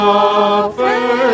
offer